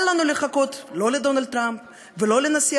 אל לנו לחכות לא לדונלד טראמפ ולא לנשיא